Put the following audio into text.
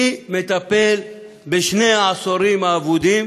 מי מטפל בשני העשורים האבודים